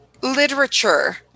literature